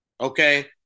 Okay